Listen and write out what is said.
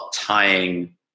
tying